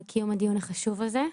על קיום הדיון החשוב הזה.